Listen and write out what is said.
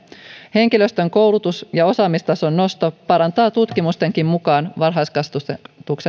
henkilöstön koulutus ja osaamistason nosto parantaa tutkimustenkin mukaan varhaiskasvatuksen